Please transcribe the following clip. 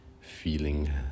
feeling